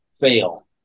fail